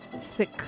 sick